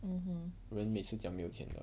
人每次讲没有钱的